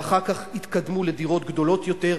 ואחר כך התקדמו לדירות גדולות יותר,